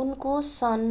उनको सन्